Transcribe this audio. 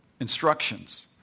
instructions